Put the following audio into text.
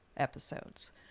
episodes